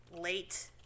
late